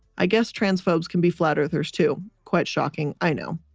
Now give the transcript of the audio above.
i guess transphobes can be flat-earthers too, quite shocking, i know.